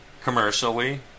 Commercially